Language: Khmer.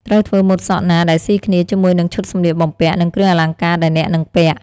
ត្រូវធ្វើម៉ូតសក់ណាដែលស៊ីគ្នាជាមួយនឹងឈុតសម្លៀកបំពាក់ និងគ្រឿងអលង្ការដែលអ្នកនឹងពាក់ ។